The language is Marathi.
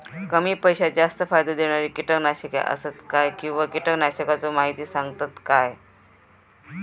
कमी पैशात जास्त फायदो दिणारी किटकनाशके आसत काय किंवा कीटकनाशकाचो माहिती सांगतात काय?